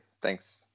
Thanks